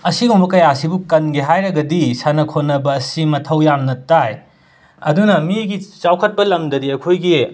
ꯑꯁꯤꯒꯨꯝꯕ ꯀꯌꯥ ꯑꯁꯤꯕꯨ ꯀꯟꯒꯦ ꯍꯥꯏꯔꯒꯗꯤ ꯁꯥꯟꯅ ꯈꯣꯠꯅꯕ ꯑꯁꯤ ꯃꯊꯧ ꯌꯥꯝꯅ ꯇꯥꯏ ꯑꯗꯨꯅ ꯃꯤꯒꯤ ꯆꯥꯎꯈꯠꯄ ꯂꯝꯗꯗꯤ ꯑꯩꯈꯣꯏꯒꯤ